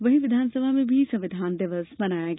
वहीं विधानसभा में भी संविधान दिवस मनाया गया